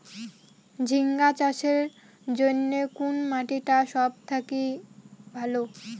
ঝিঙ্গা চাষের জইন্যে কুন মাটি টা সব থাকি ভালো?